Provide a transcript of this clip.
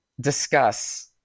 discuss